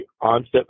onset